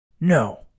No